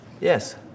Yes